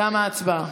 בתום ההצבעה,